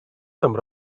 some